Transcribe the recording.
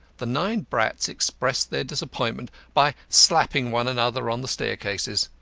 the nine brats expressed their disappointment by slapping one another on the staircases.